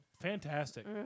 Fantastic